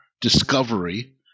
discovery